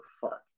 fuck